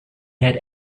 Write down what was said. had